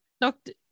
doctor